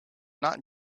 not